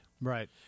Right